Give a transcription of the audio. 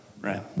right